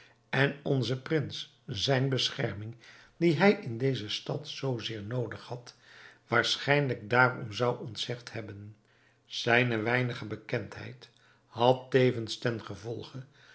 en onzen prins zijne bescherming die hij in deze stad zoo zeer noodig had waarschijnlijk daarom zou ontzegd hebben zijne weinige bekendheid had tevens ten gevolge